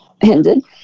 ended